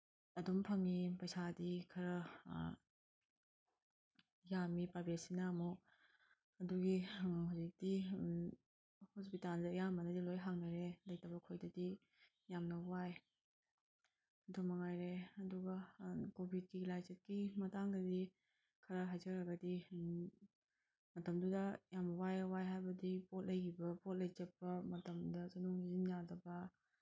ꯑꯗꯨꯝ ꯐꯪꯉꯤ ꯄꯩꯁꯥꯗꯤ ꯈꯔ ꯌꯥꯝꯃꯤ ꯄ꯭ꯔꯥꯏꯚꯦꯠꯁꯤꯅ ꯑꯃꯨꯛ ꯑꯗꯨꯒꯤ ꯍꯧꯖꯤꯛꯇꯤ ꯍꯣꯁꯄꯤꯇꯥꯜꯁꯦ ꯑꯌꯥꯝꯕꯅꯗꯤ ꯂꯣꯏ ꯍꯥꯡꯅꯔꯦ ꯂꯩꯇꯕ ꯑꯩꯈꯣꯏꯗꯗꯤ ꯌꯥꯝꯅ ꯋꯥꯏ ꯑꯗꯨꯃꯉꯥꯏꯔꯦ ꯑꯗꯨꯒ ꯀꯣꯚꯤꯠꯀꯤ ꯂꯥꯏꯆꯠꯀꯤ ꯃꯇꯥꯡꯗꯗꯤ ꯈꯔ ꯍꯥꯏꯖꯔꯒꯗꯤ ꯃꯇꯝꯗꯨꯗ ꯌꯥꯝꯅ ꯋꯥꯏ ꯋꯥꯏ ꯍꯥꯏꯕꯗꯤ ꯄꯣꯠ ꯄꯣꯠ ꯂꯩ ꯆꯠꯄ ꯃꯇꯝꯗ ꯆꯪꯊꯣꯛ ꯆꯪꯁꯤꯟ ꯌꯥꯗꯕ